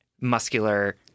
muscular